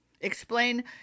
explain